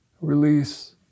release